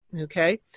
Okay